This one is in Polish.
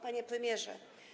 Panie Premierze!